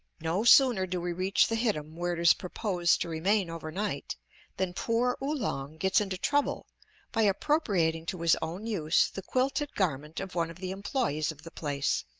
no sooner do we reach the hittim where it is proposed to remain over night than poor oolong gets into trouble by appropriating to his own use the quilted garment of one of the employes of the place,